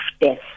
death